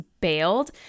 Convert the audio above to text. bailed